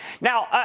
Now